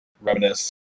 reminisce